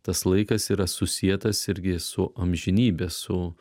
tas laikas yra susietas irgi su amžinybe su